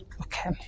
Okay